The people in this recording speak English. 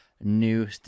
new